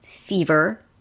fever